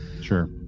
Sure